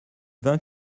vin